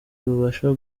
babasha